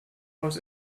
aus